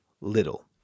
little